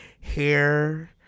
hair